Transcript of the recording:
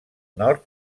nord